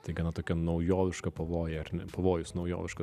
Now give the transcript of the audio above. tai gana tokia naujoviška pavojai ar ne pavojus naujoviškas